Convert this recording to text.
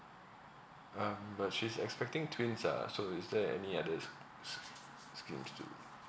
um but she's expecting twins ah so is there any others schemes too